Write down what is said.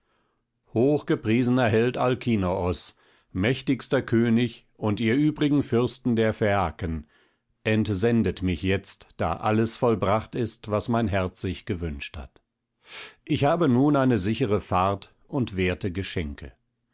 hochgepriesener held alkinoos mächtigster könig und ihr übrigen fürsten der phäaken entsendet mich jetzt da alles vollbracht ist was mein herz sich gewünscht hat ich habe nun eine sichere fahrt und werte geschenke